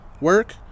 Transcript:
work